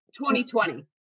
2020